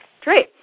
Great